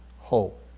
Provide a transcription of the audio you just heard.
hope